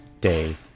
day